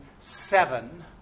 seven